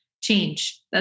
change